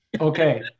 Okay